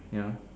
ya